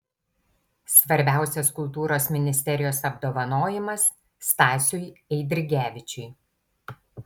svarbiausias kultūros ministerijos apdovanojimas stasiui eidrigevičiui